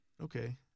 Okay